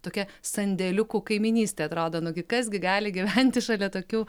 tokia sandėliukų kaimynystė atrado nu gi kas gi gali gyventi šalia tokių